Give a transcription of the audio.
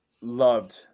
loved